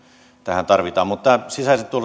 tähän tarvitaan tämä sisäisen